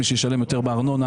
מי שישלם יותר בארנונה,